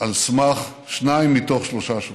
על סמך שניים מתוך שלושה שופטים.